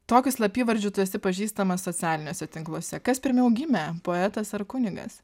tokiu slapyvardžiu tu esi pažįstamas socialiniuose tinkluose kas pirmiau gimė poetas ar kunigas